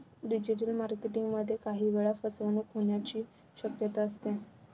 digital marketing मध्ये काही वेळा फसवणूक होण्याची शक्यता असते